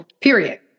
period